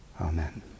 Amen